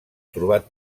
trobat